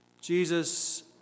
Jesus